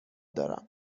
دارم